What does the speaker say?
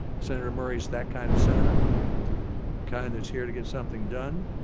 senator murray's that kind of senator, the kind that's here to get something done.